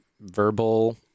verbal